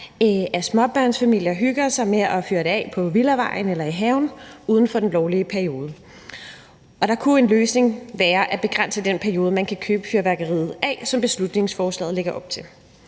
at småbørnsfamilier hygger sig med at fyre det af på villavejen eller i haven uden for den lovlige periode. Og der kunne en løsning være at begrænse den periode, hvor man kan fyre fyrværkeri af, som beslutningsforslaget lægger op til.